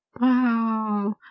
Wow